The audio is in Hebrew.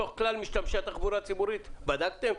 מתוך כלל משתמשי התחבורה הציבורית בדקתם?